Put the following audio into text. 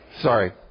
Sorry